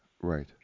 Right